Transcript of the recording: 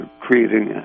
creating